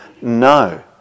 no